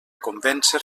convèncer